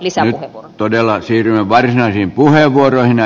nyt todella siirrymme varsinaisiin puheenvuoroihin